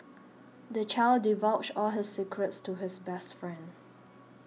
the child divulged all his secrets to his best friend